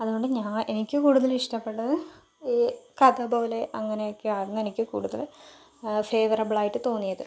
അതുകൊണ്ട് ഞാ എനിക്കു കൂടുതല് ഇഷ്ടപ്പെട്ടത് ഈ കഥ പോലെ അങ്ങനെയൊക്കെയാണ് എനിക്കു കൂടുതല് ഫേവറബിൾ ആയിട്ട് തോന്നിയത്